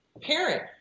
parent